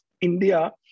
India